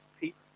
people